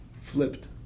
flipped